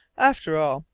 after all,